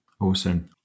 Awesome